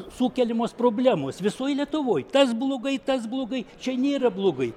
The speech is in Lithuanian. sukeliamos problemos visoj lietuvoj tas blogai tas blogai čia nėra blogai